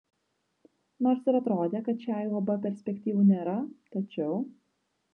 nors ir atrodė kad šiai uab perspektyvų nėra tačiau